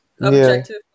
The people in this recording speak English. objective